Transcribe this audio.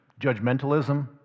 judgmentalism